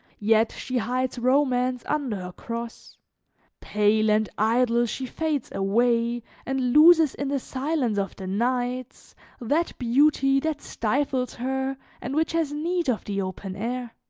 yet she hides romance under her cross pale and idle she fades away and loses in the silence of the nights that beauty that stifles her and which has need of the open air.